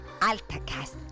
AltaCast